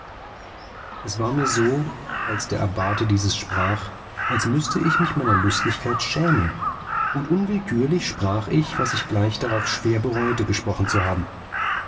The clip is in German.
es war mir so als der abbate dieses sprach als müßte ich mich meiner lustigkeit schämen und unwillkürlich sprach ich was ich gleich darauf schwer bereute gesprochen zu haben